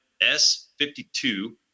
S-52